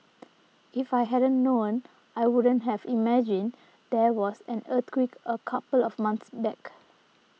if I hadn't known I wouldn't have imagined there was an earthquake a couple of months back